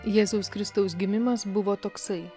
jėzaus kristaus gimimas buvo toksai